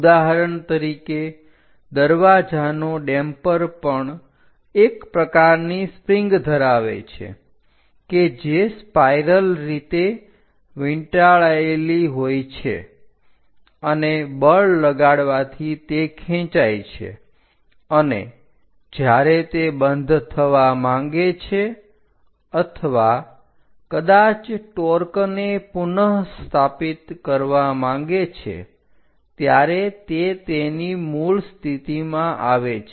ઉદાહરણ તરીકે દરવાજાનો ડેમ્પર પણ એક પ્રકારની સ્પ્રિંગ ધરાવે છે કે જે સ્પાઇરલ રીતે વીંટાળેલાયેલી હોય છે અને બળ લગાડવાથી તે ખેંચાય છે અને જ્યારે તે બંધ થવા માંગે છે અથવા કદાચ ટોર્કને પુનસ્થાપિત કરવા માંગે છે ત્યારે તે તેની મૂળ સ્થિતિમાં આવે છે